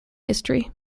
history